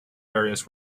areas